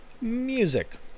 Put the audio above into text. music